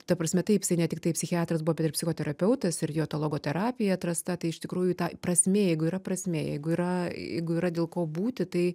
ta prasme taip jis ne tiktai psichiatras buvo bet ir psichoterapeutas ir jo ta logoterapija atrasta tai iš tikrųjų ta prasmė jeigu yra prasmė jeigu yra jeigu yra dėl ko būti tai